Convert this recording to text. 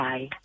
Bye